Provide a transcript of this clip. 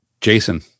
Jason